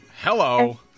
Hello